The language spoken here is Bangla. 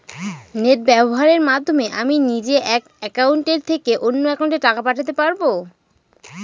নেট ব্যবহারের মাধ্যমে আমি নিজে এক অ্যাকাউন্টের থেকে অন্য অ্যাকাউন্টে টাকা পাঠাতে পারব?